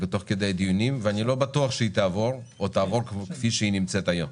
אני לא בטוח שההצעה תעבור או תעבור כפי שהיא נמצאת היום.